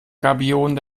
gabionen